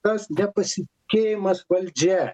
tas nepasitikėjimas valdžia